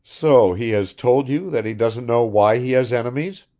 so he has told you that he doesn't know why he has enemies?